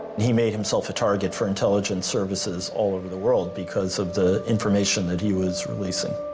he made himself a target for intelligence services all over the world, because of the information that he was releasing.